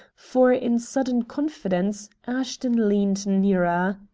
for, in sudden confidence, ashton leaned nearer.